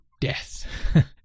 death